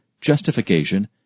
justification